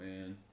man